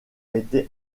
été